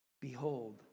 Behold